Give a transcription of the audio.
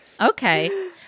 Okay